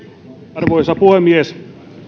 arvoisa puhemies